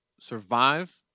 survive